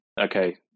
okay